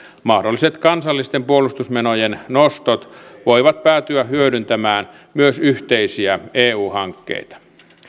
mahdolliset kansallisten puolustusmenojen nostot voivat päätyä hyödyntämään myös yhteisiä eu hankkeita